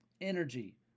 energy